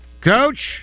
Coach